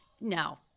No